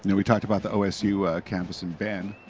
and we talked about the osu campus in bend,